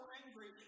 angry